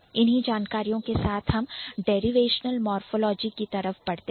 इन्हीं जानकारियों के साथ हम Derivational Morphology डेरिवेशनल मोरफ़ोलॉजी की तरफ बढ़ते हैं